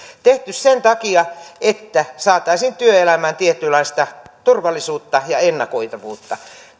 tehty sen takia että saataisiin työelämään tietynlaista turvallisuutta ja ennakoitavuutta